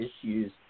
issues